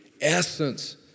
essence